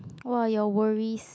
what are your worries